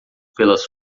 pelas